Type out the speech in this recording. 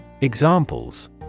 Examples